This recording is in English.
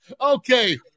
Okay